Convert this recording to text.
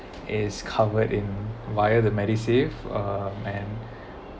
is covered in via MediSave uh man